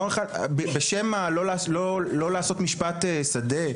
בשם הלא לעשות משפט שדה,